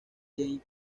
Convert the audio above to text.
james